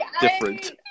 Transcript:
different